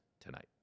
tonight